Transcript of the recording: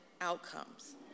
outcomes